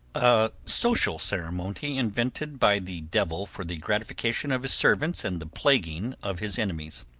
a social ceremony invented by the devil for the gratification of his servants and the plaguing of his enemies.